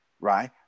right